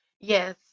Yes